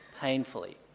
painfully